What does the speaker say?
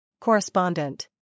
Correspondent